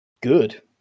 good